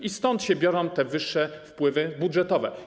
I stąd się biorą te wyższe wpływy budżetowe.